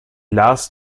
las